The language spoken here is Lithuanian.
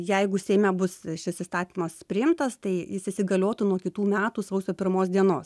jeigu seime bus šis įstatymas priimtas tai jis įsigaliotų nuo kitų metų sausio pirmos dienos